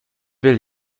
will